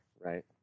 right